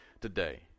today